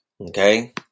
Okay